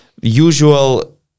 usual